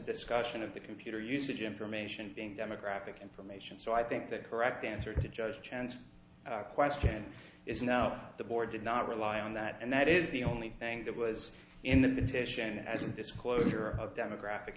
discussion of the computer usage information being demographic information so i think the correct answer to judge a chance question is now the board did not rely on that and that is the only thing that was in the decision as a disclosure of demographic